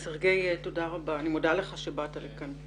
סרגי, תודה רבה, אני מודה לך שבאת לכאן.